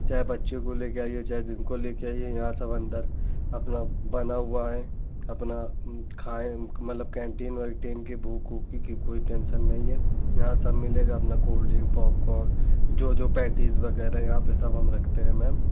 चाहे बच्चे को लेकर आइए चाहे जिनको लेकर आइए यहाँ सब अन्दर अपना बना हुआ है अपना खाएँ मतलब कैन्टीन वैन्टीन की भूख़ उख की की कोई टेन्शन नहीं है यहाँ सब मिलेगा अपना कोल्ड ड्रिन्क पॉपकॉर्न जो जो पेटिस वग़ैरह यहाँ पर सब हम रखते हैं मैम